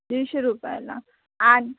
दीडशे रुपयाला आणि